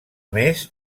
més